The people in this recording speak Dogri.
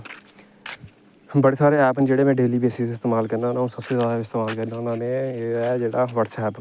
बडे़ सारे ऐपस ना जेहडे़ में डेल्ली बेसिस च इस्तेमाल करना होन्ना सब थमां ज्यादा करना होन्ना में एह् है जेहड़ा बटसएप